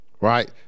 Right